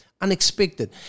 unexpected